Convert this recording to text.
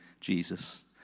Jesus